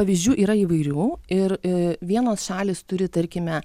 pavyzdžių yra įvairių ir i vienos šalys turi tarkime